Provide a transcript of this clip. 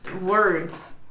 words